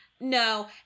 no